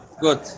good